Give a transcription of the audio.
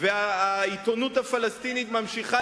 והעיתונות הפלסטינית, איפה, ממשיכה